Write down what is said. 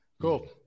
Cool